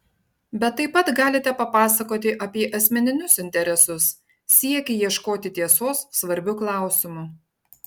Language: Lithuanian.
bet taip pat galite papasakoti apie asmeninius interesus siekį ieškoti tiesos svarbiu klausimu